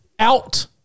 Out